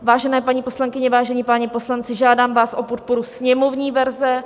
Vážené paní poslankyně, vážení páni poslanci, žádám vás o podporu sněmovní verze.